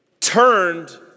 Turned